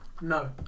no